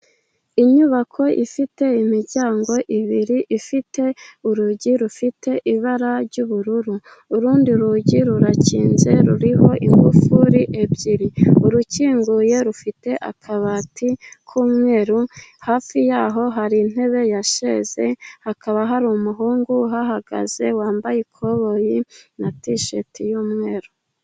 Inyubako ifite imiryango ibiri ifite urugi rufite ibara ry'ubururu, urundi rugi rurakinze ruriho ingufuri ebyiri urukinguye rufite akabati k'umweru. Hafi yaho hari intebe ya sheze hakaba hari umuhungu uhahagaze wambaye ikoboyi na tisheti y'umweru.